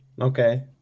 Okay